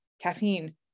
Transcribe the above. Caffeine